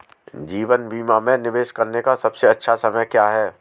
जीवन बीमा में निवेश करने का सबसे अच्छा समय क्या है?